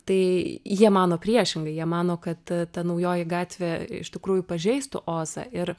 tai jie mano priešingai jie mano kad ta naujoji gatvė iš tikrųjų pažeistų ozą ir